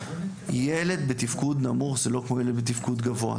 ילד בתפקוד נמוך זה לא כמו ילד בתפקוד גבוה,